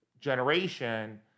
generation